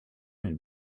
and